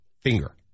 finger